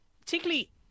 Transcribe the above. particularly